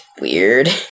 weird